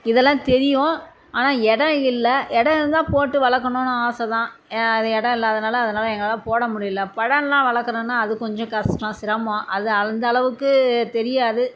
இதெல்லாம் தெரியும் ஆனால் இடம் இல்லை இடம் இருந்தால் போட்டு வளர்க்கணுன்னு ஆசைதான் அது இடம் இல்லாதனால அதனால் எங்களால் போடமுடியல பழம் எல்லாம் வளர்க்கணுன்னா அது கொஞ்சம் கஷ்டம் சிரமம் அது அந்தளவுக்கு தெரியாது